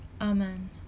Amen